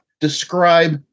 Describe